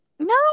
No